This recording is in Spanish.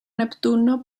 neptuno